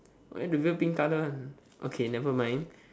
why the veil pink colour one okay nevermind